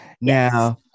now